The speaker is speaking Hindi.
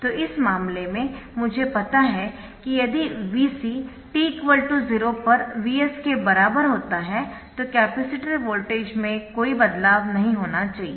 तो इस मामले में मुझे पता है कि यदि Vc t 0 पर Vs के बराबर होता है तो कैपेसिटर वोल्टेज में कोई बदलाव नहीं होना चाहिए